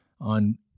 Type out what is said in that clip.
on